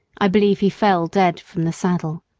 i believe he fell dead from the saddle.